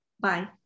Bye